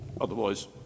otherwise